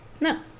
no